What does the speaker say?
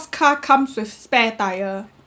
car comes with spare tyre